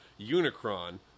Unicron